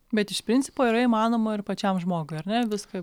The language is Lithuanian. bet iš principo yra įmanoma ir pačiam žmogui ar ne viską